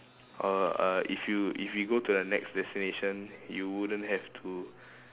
or uh if you if we go to the next destination you wouldn't have to